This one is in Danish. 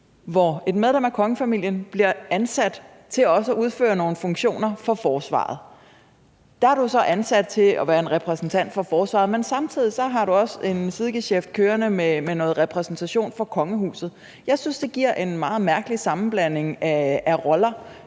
hvor et medlem af kongefamilien bliver ansat til også at udføre nogle funktioner for Forsvaret. Der er du så ansat til at være en repræsentant for Forsvaret, men samtidig har du også en sidegesjæft kørende med noget repræsentation for kongehuset. Jeg synes, det giver en meget mærkelig sammenblanding af roller